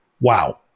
wow